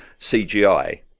CGI